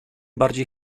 bardziej